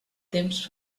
temps